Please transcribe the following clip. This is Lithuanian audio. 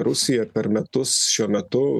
rusija per metus šiuo metu